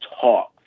talk